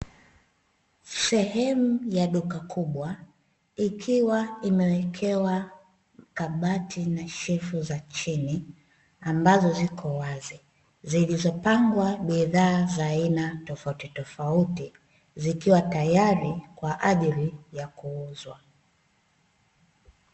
Sehemu ya duka kubwa, ikiwa imewekewa kabati na shefu za chini, ambazo ziko wazi zilizopangwa bidhaa za aina tofautitofauti, zikiwa tayari kwa ajili ya kuuzwa.